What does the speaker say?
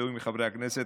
בתיאום עם חברי הכנסת,